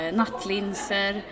nattlinser